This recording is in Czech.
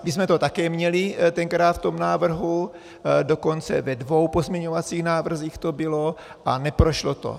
My jsme to také měli tenkrát v tom návrhu, dokonce ve dvou pozměňovacích návrzích to bylo, a neprošlo to.